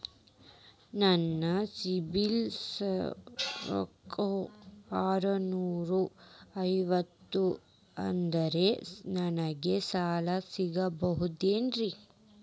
ನನ್ನ ಸಿಬಿಲ್ ಸ್ಕೋರ್ ಆರನೂರ ಐವತ್ತು ಅದರೇ ನನಗೆ ಸಾಲ ಸಿಗಬಹುದೇನ್ರಿ?